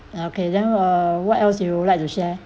okay then uh what else you would like to share